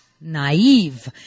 naive